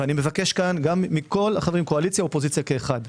ואני מבקש מכל חברי הקואליציה והאופוזיציה כאחד,